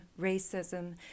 racism